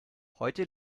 heute